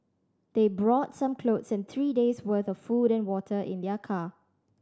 they brought some clothes and three days' worth of food and water in their car